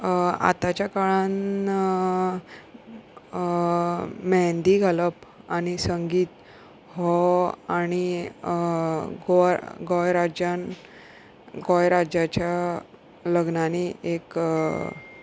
आतांच्या काळान मेहेंदी घालप आनी संगीत हो आनी गोंय राज्यान गोंय राज्याच्या लग्नांनी एक